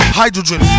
hydrogen